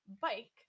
bike